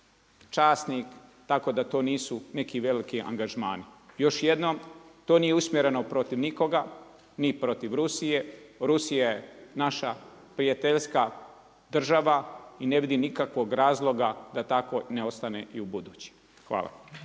časnik, tako da to nisu neki veliki angažmani. Još jednom, to nije usmjereno protiv nikoga, ni protiv Rusije. Rusija je naša prijateljska država i ne vidim nikakvog razloga da tako ne ostane i ubuduće. Hvala.